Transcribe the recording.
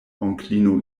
onklino